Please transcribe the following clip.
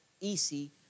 easy